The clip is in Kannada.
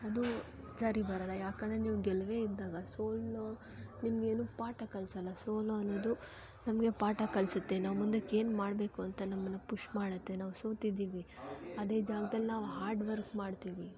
ಅದು ಸರಿ ಬರಲ್ಲ ಯಾಕಂದರೆ ನೀವು ಗೆಲುವೇ ಇದ್ದಾಗ ಸೋಲು ನಿಮಗೇನು ಪಾಠ ಕಲಿಸಲ್ಲ ಸೋಲು ಅನ್ನೋದು ನಮಗೆ ಪಾಠ ಕಲಿಸತ್ತೆ ನಾವು ಮುಂದಕ್ಕೇನು ಮಾಡಬೇಕು ಅಂತ ನಮ್ಮನ್ನು ಪುಶ್ ಮಾಡತ್ತೆ ನಾವು ಸೋತಿದ್ದೀವಿ ಅದೇ ಜಾಗ್ದಲ್ಲಿ ನಾವು ಹಾರ್ಡ್ ವರ್ಕ್ ಮಾಡ್ತೀವಿ